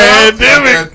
Pandemic